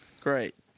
Great